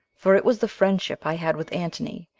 for it was the friendship i had with antony,